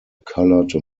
coloured